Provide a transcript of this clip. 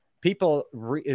People